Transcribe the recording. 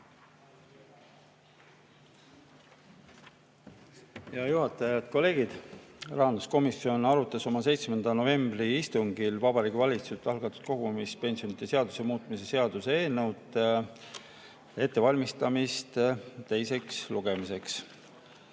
Head kolleegid! Rahanduskomisjon arutas oma 7. novembri istungil Vabariigi Valitsuse algatatud kogumispensionide seaduse muutmise seaduse eelnõu ettevalmistamist teiseks lugemiseks.